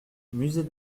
musée